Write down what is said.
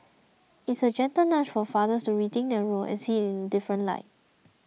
it's a gentle nudge for fathers to rethink their role and see it in a different light